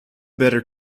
better